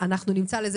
נמצא לזה